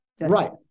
Right